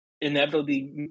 inevitably